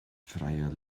freier